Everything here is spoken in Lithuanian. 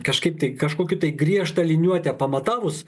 kažkaip tai kažkokiu tai griežta liniuote pamatavus